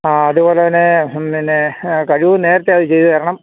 ആ അതുപോലെ തന്നെ പിന്നെ കഴിവതും നേരത്തെ അത് ചെയ്തുതരണം